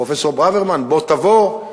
פרופסור ברוורמן, תבוא,